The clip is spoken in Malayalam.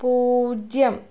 പൂജ്യം